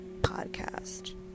podcast